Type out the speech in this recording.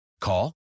Call